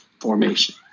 formation